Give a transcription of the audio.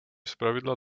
zpravidla